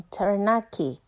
Taranaki